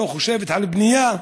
לא חושבת על בנייה.